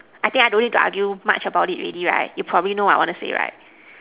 I think I don't need to argue much about it already right you probably know what I want to say right